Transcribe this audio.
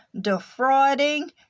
defrauding